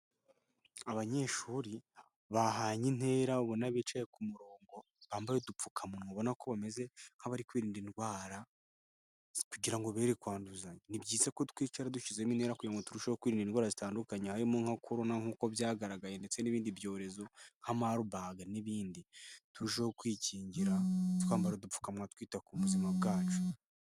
Abanyeshuri bahanye intera ubona bicaye ku murongo bambaye udupfukamunwa ubona ko bameze nk'abari kwirinda indwara, kugira ngo bere kwanduzanya ni byiza ko twicara dushyizemo intera kugira ngo turusheho kwirinda indwara zitandukanye harimo nka korona nk'uko byagaragaye ndetse n'ibindi byorezo, nka marburg n'ibindi turushe ho kwikingira twambara udupfukamunwa twita ku buzima bwacu.